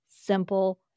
simple